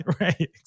right